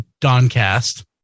Doncast